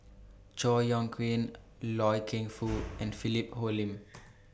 Chor Yeok Eng Loy Keng Foo and Philip Hoalim